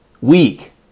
Weak